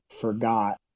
forgot